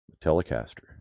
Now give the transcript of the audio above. Telecaster